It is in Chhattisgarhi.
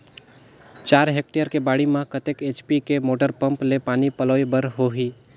चार हेक्टेयर के बाड़ी म कतेक एच.पी के मोटर पम्म ले पानी पलोय बर होही?